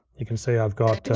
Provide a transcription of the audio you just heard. you can see, i've got,